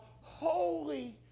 holy